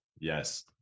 Yes